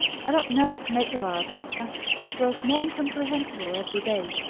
i don't know what to make of our doctor he grows more incomprehensible every day.